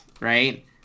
right